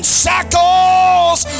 shackles